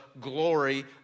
glory